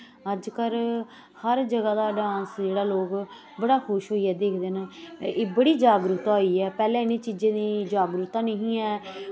अजकल्ल हर जगाह् दा डांस जेह्ड़ा लोक बड़ा खुश होइयै दिक्खदे न एह् बड़ी जागरूकता होई ऐ पैह्लैं इनें चीजें दी जागरुकता नेहीं ऐ